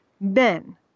Ben